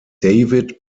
david